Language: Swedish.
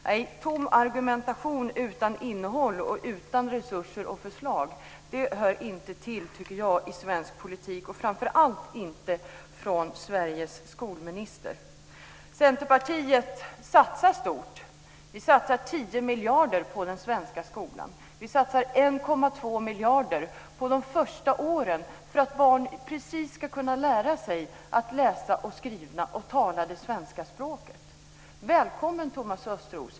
Nej, tom argumentation utan innehåll, utan resurser och förslag, tycker jag inte hör till svensk politik, och framför allt inte från Sveriges skolminister. Centerpartiet satsar stort. Vi satsar 10 miljarder på den svenska skolan. Vi satsar 1,2 miljarder på de första åren just för att barn ska kunna lära sig att läsa, skriva och tala det svenska språket. Välkommen, Thomas Östros!